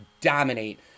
dominate